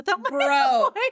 Bro